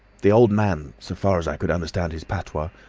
the old man, so far as i could understand his patois,